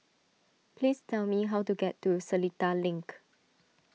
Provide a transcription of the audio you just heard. please tell me how to get to Seletar Link